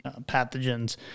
pathogens